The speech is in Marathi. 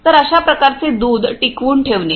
तर अशा प्रकारचे दूध टिकवून ठेवणे